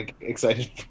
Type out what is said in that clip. excited